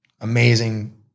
Amazing